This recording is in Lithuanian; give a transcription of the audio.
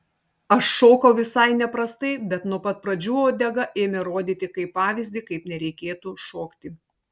aš šokau visai neprastai bet nuo pat pradžių uodega ėmė rodyti kaip pavyzdį kaip nereikėtų šokti